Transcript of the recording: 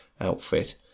outfit